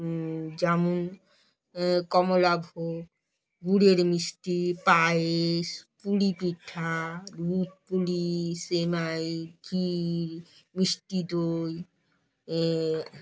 জামুন কমলাভোগ গুড়ের মিষ্টি পায়েস পুড়ি পিঠা দুধপুলি সেমাই ঘী মিষ্টি দই